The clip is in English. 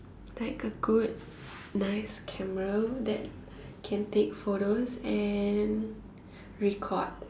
like a good nice camera that can take photos and record